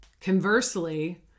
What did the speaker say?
Conversely